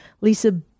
Lisa